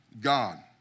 God